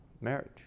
marriage